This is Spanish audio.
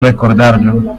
recordarlo